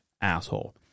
asshole